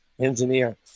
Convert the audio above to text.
engineer